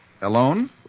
Alone